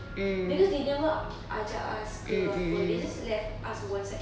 because they never ajak us ke apa they just let us one side